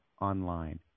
Online